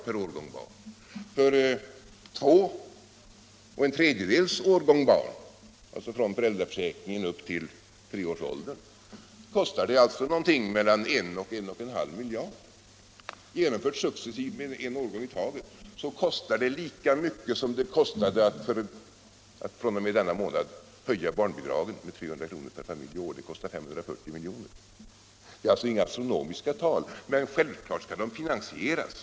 För två och en tredjedels årgång barn, dvs. från föräldraförsäkringen och upp till treårsåldern, kostar det någonting mellan en miljard och 1,5 miljarder. Genomfört successivt med en årgång i taget kostar det lika mycket som det kostar att fr.o.m. denna månad höja barnbidraget med 300 kr. per familj och år, dvs. 540 milj.kr. Det är alltså inga astronomiska tal, men självklart måste det finansieras.